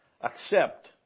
accept